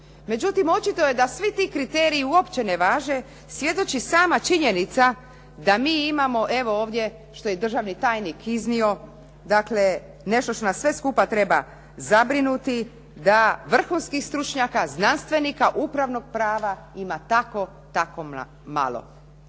Međutim, očito je da svi ti kriteriji uopće ne važe, svjedoči sama činjenica da mi imamo evo ovdje što je i državni tajnik iznio dakle, nešto što nas sve skupa treba zabrinuti da vrhunskih stručnjaka, znanstvenika, upravnog prava ima tako, tako malo.